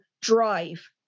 drive